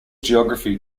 geography